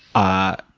i